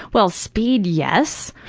well speed, yes.